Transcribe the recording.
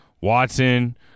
Watson